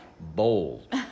bold